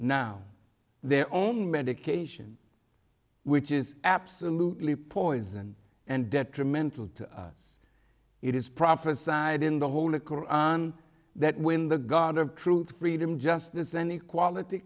now their own medication which is absolutely poisoned and detrimental to us it is prophesied in the holy koran that when the god of truth freedom justice and equality